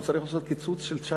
הוא צריך לעשות קיצוץ של 19